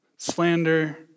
Slander